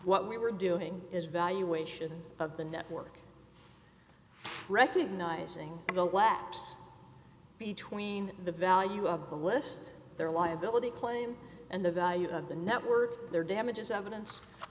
what we were doing is valuation of the network recognizing the laughs between the value of the list their liability claim and the value of the network their damages evidence